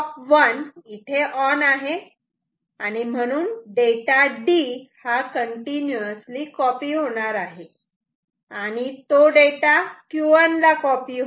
म्हणून data D हा continuously copy होणार आहे आणि तो डेटा Q1 ला कॉपी होईल